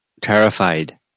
terrified